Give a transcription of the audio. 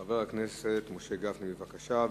חבר הכנסת משה גפני, בבקשה.